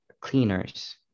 Cleaners